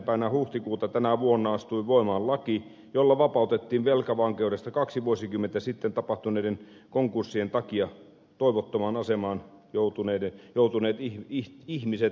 päivänä huhtikuuta tänä vuonna astui voimaan laki jolla vapautettiin velkavankeudesta velkavastuistaan kaksi vuosikymmentä sitten tapahtuneiden konkurssien takia toivottomaan asemaan joutuneet ihmiset